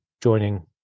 joining